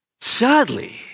sadly